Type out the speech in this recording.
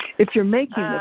if you're making ah